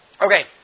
Okay